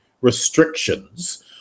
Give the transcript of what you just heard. restrictions